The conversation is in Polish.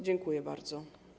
Dziękuję bardzo.